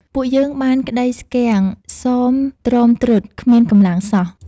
ពួកយើងបានក្តីស្គាំង សមទ្រមទ្រុឌគ្មានកម្លាំងសោះ។